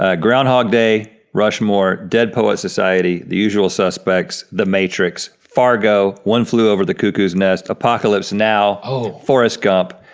ah groundhog day, rushmore, dead poet's society, the usual suspects, the matrix, fargo, one flew over the cuckoo's nest, apocalypse now. oh. forrest gump,